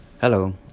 hello